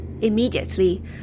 Immediately